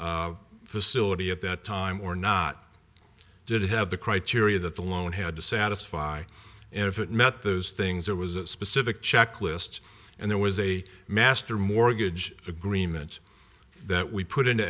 facility at that time or not did have the criteria that the loan had to satisfy and if it met those things there was a specific checklist and there was a master mortgage agreement that we put into